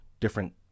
different